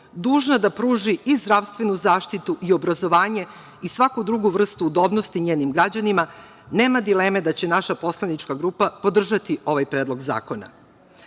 dužna da pruži i zdravstvenu zaštitu i obrazovanje i svaku drugu vrstu udobnosti njenim građanima nema dileme da će naša poslanička grupa podržati ovaj Predlog